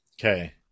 Okay